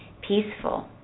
peaceful